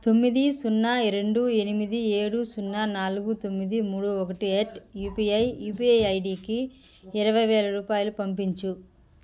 తొమ్మిది సున్నా రెండు ఎనిమిది ఏడు సున్నా నాలుగు తొమ్మిది మూడు ఒకటి అట్ యుపిఐ యుపిఐ ఐడీకి ఇరవై వేల రూపాయలు పంపించు